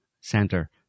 center